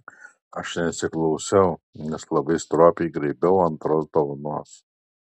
aš nesiklausiau nes labai stropiai graibiau antros dovanos